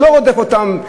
הוא לא רודף אותם,